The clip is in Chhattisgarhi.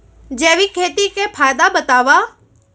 जैविक खेती के फायदा बतावा?